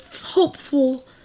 hopeful